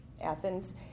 Athens